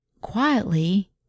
quietly